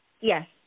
Yes